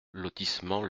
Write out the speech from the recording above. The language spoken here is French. lotissement